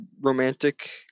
romantic